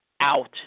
out